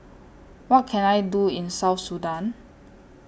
What Can I Do in South Sudan